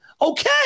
Okay